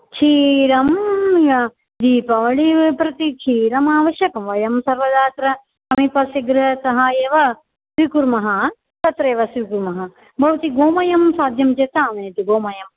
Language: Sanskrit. क्षीरं दीपावळिप्रति क्षीरम् अवश्यकं वयं सर्वदा अत्र समीपस्य गृहतः एव स्वीकुर्मः तत्रैव स्वीकुर्मः भवती गोमयं साद्यं चेत् आनयतु गोमयम्